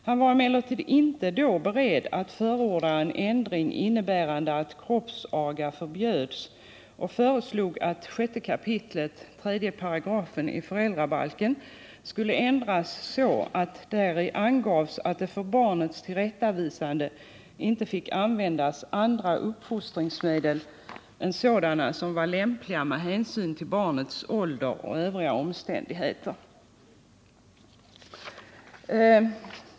Han var emellertid inte då beredd att förorda en ändring innebärande att kroppsaga förbjöds och föreslog att 6 kap. 3§ i föräldrabalken skulle ändras så att däri angavs att för barnets tillrättavisande inte fick användas andra uppfostringsmedel än sådana som var lämpliga med hänsyn till barnets ålder och övriga omständigheter.